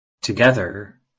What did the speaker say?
Together